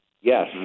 Yes